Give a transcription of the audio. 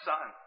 Son